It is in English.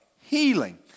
healing